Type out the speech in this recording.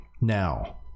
now